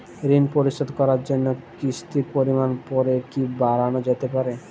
ঋন পরিশোধ করার জন্য কিসতির পরিমান পরে কি বারানো যেতে পারে?